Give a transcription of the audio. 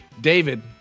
David